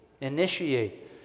initiate